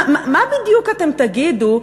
מה בדיוק אתם תגידו,